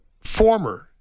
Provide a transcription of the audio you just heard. former